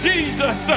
Jesus